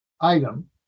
item